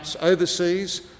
overseas